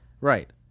right